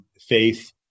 faith